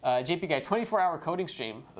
ah jpguy, twenty four hour coding stream,